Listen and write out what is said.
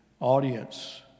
audience